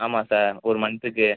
ஆமாம் சார் ஒரு மந்த்துக்கு